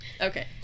Okay